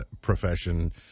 profession